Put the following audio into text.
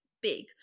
big